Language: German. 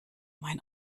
mein